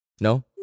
No